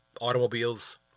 automobiles